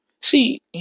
See